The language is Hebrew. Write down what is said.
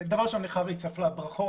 דבר ראשון אני חייב להצטרף לברכות,